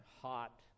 hot